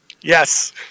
Yes